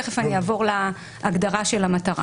תכף אני אעבור להגדרה שלה.